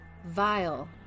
vile